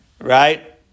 right